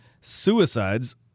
suicides